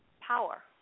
power